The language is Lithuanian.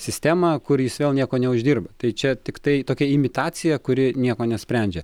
sistemą kur jis vėl nieko neuždirba tai čia tiktai tokia imitacija kuri nieko nesprendžia